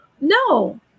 no